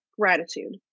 gratitude